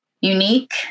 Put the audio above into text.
unique